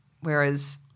Whereas